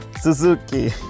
Suzuki